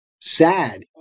sad